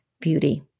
Beauty